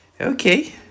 okay